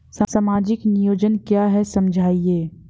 सामाजिक नियोजन क्या है समझाइए?